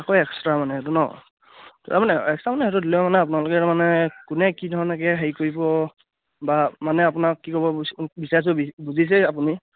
আকৌ এক্সট্ৰা মানে সেইটো নহ্ তে মানে এক্সট্ৰা মানে সেইটো দিলে মানে আপোনালোকে তাৰমানে কোনে কি ধৰণকে হেৰি কৰিব বা মানে আপোনাক কি ক'ব বিচ বিচাৰিছোঁ বুজিছেই আপুনি